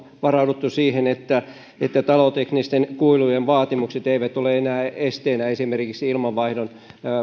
varauduttu siihen että että taloteknisten kuilujen vaatimukset eivät ole enää esteenä esimerkiksi ilmanvaihdon